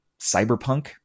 cyberpunk